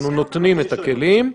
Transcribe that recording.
אנחנו נותנים את הכלים.